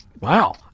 Wow